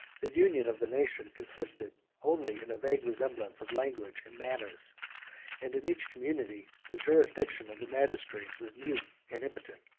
the union of the nation consisted only in a vague resemblance of language and manners and in each community, the jurisdiction of the magistrate was mute and impotent.